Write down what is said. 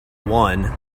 one